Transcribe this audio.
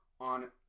on